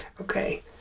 Okay